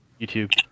YouTube